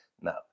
no